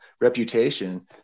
reputation